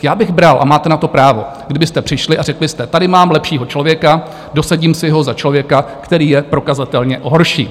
Já bych bral a máte na to právo, kdybyste přišli a řekli, tady mám lepšího člověka, dosadím si ho za člověka, který je prokazatelně horší.